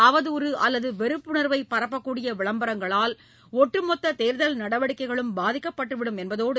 அவதூறு அல்லது வெறுப்புணர்வை பரப்பக்கூடிய விளம்பரங்களால் ஒட்டுமொத்த தேர்தல் நடவடிக்கைகளும் பாதிக்கப்பட்டுவிடும் என்பதோடு